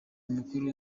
mukuru